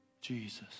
Jesus